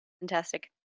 Fantastic